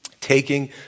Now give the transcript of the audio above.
taking